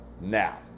Now